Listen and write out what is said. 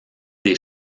des